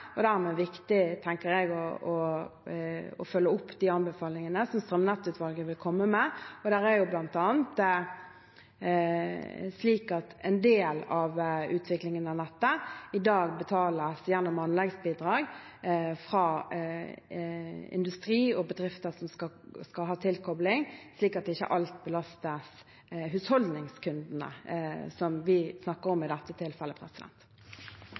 og dermed tenker jeg at det er viktig å følge opp de anbefalingene som strømnettutvalget vil komme med. Det er bl.a. slik at en del av utviklingen av nettet i dag betales gjennom anleggsbidrag fra industri og bedrifter som skal ha tilkobling, slik at ikke alt belastes de husholdningskundene som vi snakker om i dette tilfellet.